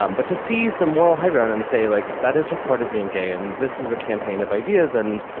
um but to seize the moral high ground and say like that is just part of being gay. and this is a campaign of ideas. and,